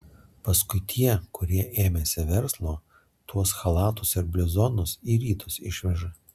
paskui tie kurie ėmėsi verslo tuos chalatus ir bliuzonus į rytus išveža